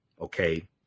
Okay